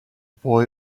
boy